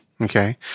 Okay